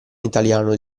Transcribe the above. italiano